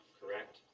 correct